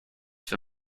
for